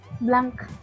Blank